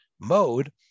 mode